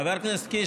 חבר הכנסת קיש,